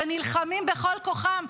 שנלחמים בכל כוחם,